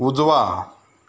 उजवा